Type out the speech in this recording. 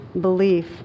belief